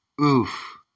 Oof